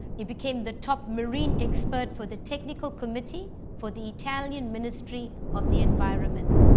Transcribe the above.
it became the top marine expert for the technical committee for the tanning and ministry of the environment